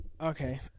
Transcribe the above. Okay